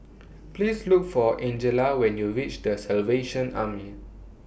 Please Look For Angella when YOU REACH The Salvation Army